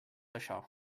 això